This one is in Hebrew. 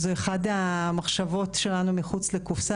זו אחת המחשבות שלנו מחוץ לקופסה,